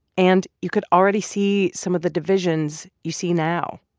and you could already see some of the divisions you see now.